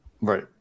Right